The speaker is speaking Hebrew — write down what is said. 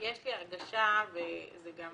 יש לי הרגשה וזה גם